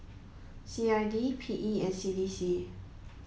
C I D P E and C D C